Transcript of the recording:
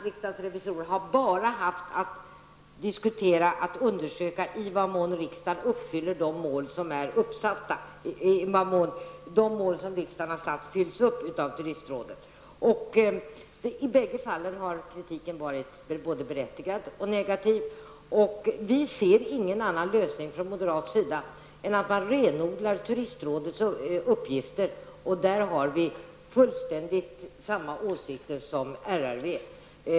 Riksdagens revisorer har enbart haft att undersöka i vad mån de mål som riksdagen har satt upp uppnås av turistrådet. I bägge fallen har kritiken varit både berättigad och negativ. Från moderat sida ser vi ingen annan lösning än att man renodlar turistrådets uppgifter, och där har vi samma åsikter som RRV.